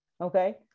okay